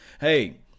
hey